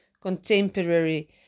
contemporary